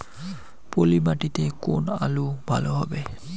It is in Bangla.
পলি মাটিতে কোন আলু ভালো হবে?